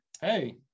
Hey